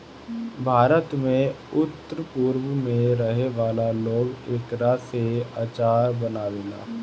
भारत के उत्तर पूरब में रहे वाला लोग एकरा से अचार बनावेला